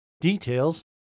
Details